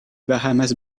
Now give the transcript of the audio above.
bahamas